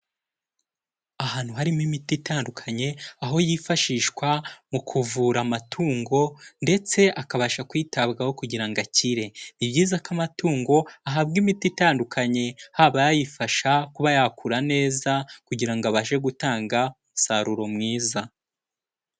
Ahantu harimo imiti itandukanye, aho yifashishwa mu kuvura amatungo ndetse akabasha kwitabwaho kugira ngo akire. Ni byiza ko amatungo ahabwa imiti itandukanye haba ayayifasha kuba yakura neza kugira ngo abashe gutanga umusaruro mwiza.